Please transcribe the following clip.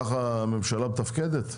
ככה הממשלה מתפקדת?